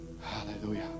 Hallelujah